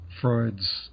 Freud's